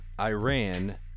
Iran